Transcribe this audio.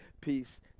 peace